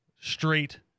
straight